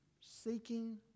seeking